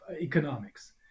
economics